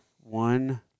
One